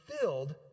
filled